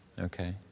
okay